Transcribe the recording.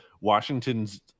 Washington's